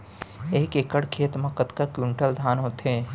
एक एकड़ खेत मा कतका क्विंटल धान होथे?